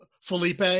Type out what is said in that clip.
Felipe